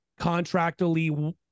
contractually